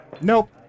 Nope